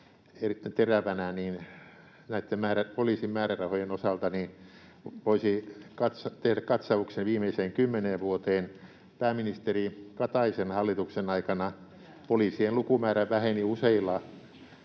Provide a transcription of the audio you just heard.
erittäin terävänä näitten poliisin määrärahojen osalta, niin voisi tehdä katsauksen viimeiseen 10 vuoteen: Pääministeri Kataisen hallituksen aikana poliisien lukumäärä väheni useilla